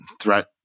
threat